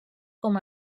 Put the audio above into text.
com